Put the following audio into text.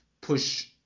push